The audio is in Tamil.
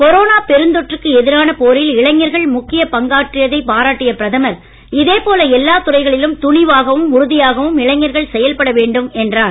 கொரோனா பெருந்தொற்றுக்கு எதிரான போரில் இளைஞர்கள் முக்கிய பங்காற்றியதைப் பாராட்டிய பிரதமர் இதே போல எல்லாத் துறைகளிலும் துணிவாகவும் உறுதியாகவும் இளைஞர்கள் செயல்பட வேண்டும் என்றார்